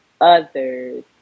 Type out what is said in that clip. others